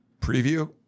preview